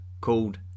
called